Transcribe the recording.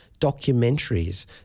documentaries